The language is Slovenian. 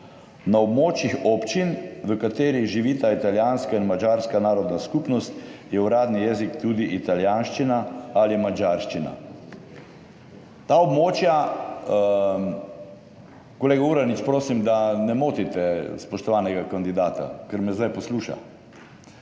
Na območjih občin, v katerih živita italijanska in madžarska narodna skupnost je uradni jezik tudi italijanščina ali madžarščina. Ta območja… Kolega Uranič, prosim, da ne motite spoštovanega kandidata, ker me zdaj posluša.